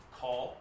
call